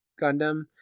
Gundam